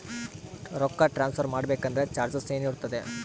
ರೊಕ್ಕ ಟ್ರಾನ್ಸ್ಫರ್ ಮಾಡಬೇಕೆಂದರೆ ಚಾರ್ಜಸ್ ಏನೇನಿರುತ್ತದೆ?